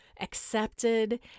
accepted